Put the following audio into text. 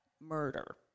murder